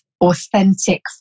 authentic